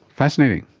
fascinating.